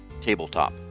tabletop